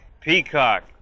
Peacock